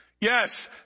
Yes